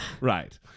right